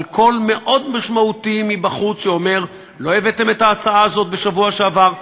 אבל קול מאוד משמעותי מבחוץ שאומר: לא הבאתם את ההצעה הזאת בשבוע שעבר,